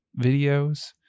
videos